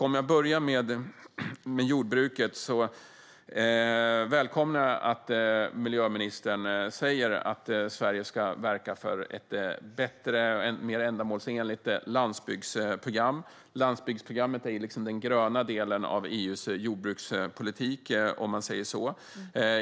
Om jag börjar med jordbruket välkomnar jag att miljöministern säger att Sverige ska verka för ett bättre och mer ändamålsenligt landsbygdsprogram. Landsbygdsprogrammet är ju den gröna delen av EU:s jordbrukspolitik.